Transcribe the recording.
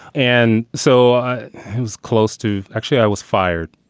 and so who was close to actually, i was fired.